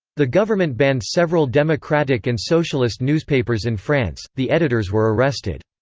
the government banned several democratic and socialist newspapers in france the editors were arrested.